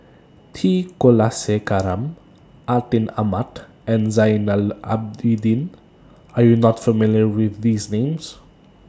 T Kulasekaram Atin Amat and Zainal Abidin Are YOU not familiar with These Names